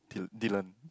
Dill Dillon